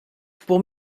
pour